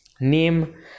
name